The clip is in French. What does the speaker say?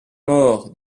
maur